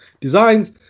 designs